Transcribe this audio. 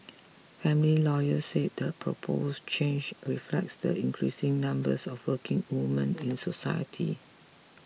family lawyers said the proposed change reflects the increasing numbers of working women in society